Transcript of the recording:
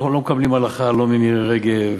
אנחנו לא מקבלים הלכה לא ממירי רגב,